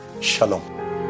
Shalom